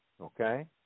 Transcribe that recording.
Okay